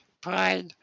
pride